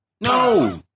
No